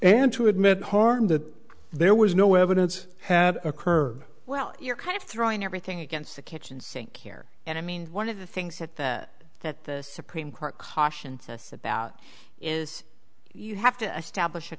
and to admit harm that there was no evidence had occurred well you're kind of throwing everything against the kitchen sink here and i mean one of the things that the supreme court cautioned us about is you have to establish a